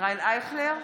ישראל אייכלר,